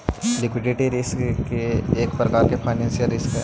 liquidity risk एक प्रकार के फाइनेंशियल रिस्क हई